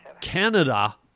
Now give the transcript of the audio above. Canada